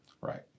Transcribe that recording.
Right